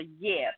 yes